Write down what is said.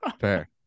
Fair